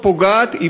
שפוגעת מאוד מאוד,